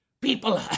People